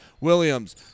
Williams